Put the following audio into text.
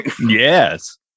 Yes